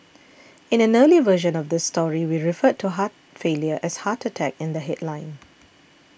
in an earlier version of this story we referred to heart failure as heart attack in the headline